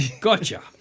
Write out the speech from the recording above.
Gotcha